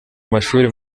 mashuri